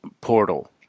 portal